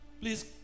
please